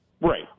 Right